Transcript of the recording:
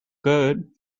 good